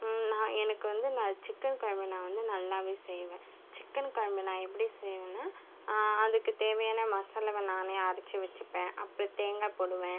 நான் எனக்கு வந்து நான் சிக்கன் குழம்பு நான் வந்து நல்லாவே செய்வேன் சிக்கன் குழம்பு நான் எப்படி செய்வேன்னா அதுக்குத் தேவையான மசாலாவை நானே அரச்சு வச்சுப்பேன் அப்புறம் தேங்காய் போடுவேன்